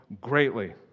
greatly